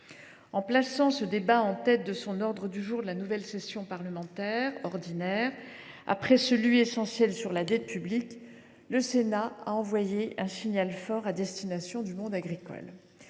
En plaçant ce débat en tête de l’ordre du jour de la nouvelle session ordinaire après celui, essentiel, sur la dette publique, le Sénat a envoyé un signal fort au monde agricole.